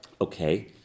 Okay